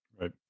right